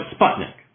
Sputnik